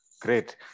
great